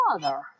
father